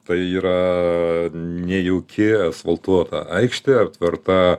tai yra nejauki asfaltuota aikštė aptverta